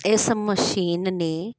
ਇਸ ਮਸ਼ੀਨ ਨੇ